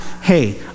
hey